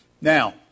Now